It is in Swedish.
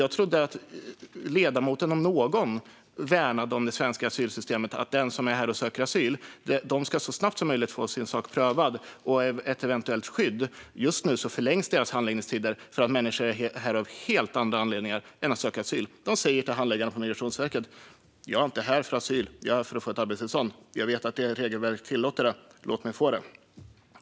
Jag trodde att ledamoten om någon värnade om det svenska asylsystemet och att de som är här och söker asyl så snabbt som möjligt ska få sin sak prövad och få ett eventuellt skydd. Just nu förlängs deras handläggningstider för att människor är här av helt andra anledningar än att söka asyl. De säger till handläggarna på Migrationsverket att de inte är här för att söka asyl utan för att få ett arbetstillstånd och att de vet att vårt regelverk tillåter det.